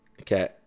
okay